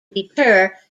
deter